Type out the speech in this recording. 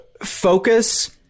focus